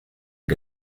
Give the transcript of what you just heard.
que